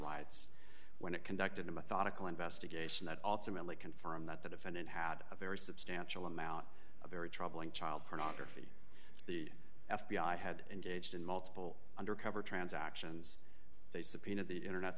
rights when it conducted a methodical investigation that ultimately confirmed that the defendant had a very substantial amount of very troubling child pornography the f b i had engaged in multiple undercover transactions they subpoenaed the internet